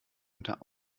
unter